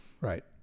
right